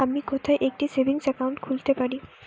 আমি কোথায় একটি সেভিংস অ্যাকাউন্ট খুলতে পারি?